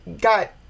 got